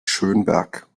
schönberg